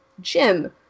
gym